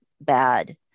bad